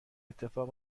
اتفاق